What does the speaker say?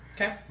okay